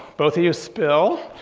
both of you spill.